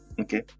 okay